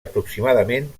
aproximadament